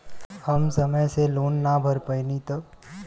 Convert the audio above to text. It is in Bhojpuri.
हम समय से लोन ना भर पईनी तब?